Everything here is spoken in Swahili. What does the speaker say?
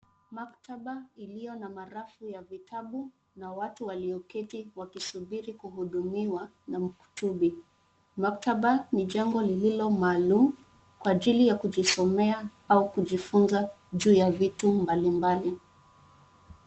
Maktaba iliyo na marafu ya vitabu na watu walioketi wakisubiri kuhudumiwa na mkutubu. Maktaba ni jengo lililo maalum kwa ajili ya kujisomea au kujifunza juu ya vitu mbali mbali.